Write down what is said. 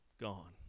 gone